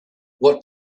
what